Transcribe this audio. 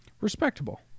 respectable